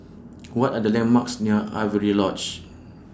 What Are The landmarks near Avery Lodge